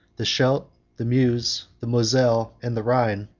the scheld, the meuse, the moselle, and the rhine,